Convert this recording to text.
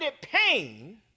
pain